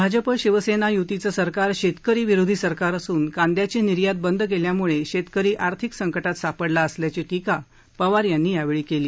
भाजप शिवसेनायुतीचं सरकार शेतकरी विरोधी सरकार असून कांद्याची निर्यात बंद केल्यामुळं शेतकरी आर्थिक संकटात सापडला असल्याची टीका पवार यांनी यावेळी केली